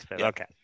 Okay